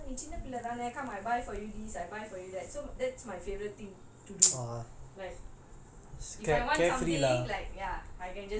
ya lah so when I was young people will say oh நீ சின்ன பிள்ளை தான:nee chinna pillai thana come I buy for you this I buy for you that so that's my favourite thing to do